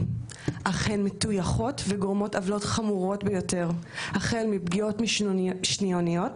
אך הן מטויחות וגורמות עוולות חמורות ביותר החל בפגיעות שניוניות,